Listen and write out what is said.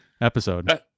episode